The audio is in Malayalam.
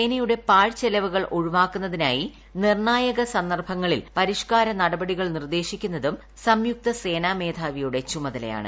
സേനയുട്ടിപ്പാഴ്ചെലവുകൾ ഒഴിവാക്കുന്നതിനായി നിർണ്ണായക സന്ദർഭൂങ്ങളിൽ പരിഷ്ക്കാര നടപടികൾ നിർദ്ദേശിക്കുന്നതും സംയുക്ത സേനാമേര്യാണ്ട്രിയുടെ ചുമതലയാണ്